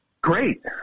Great